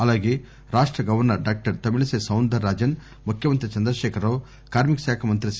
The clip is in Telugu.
అలాగే రాష్ట governor doctor Tamilisai Soundararajan ముఖ్యమంత్రి చంద్రశేఖరరావు కార్మిక శాఖా మంత్రి సి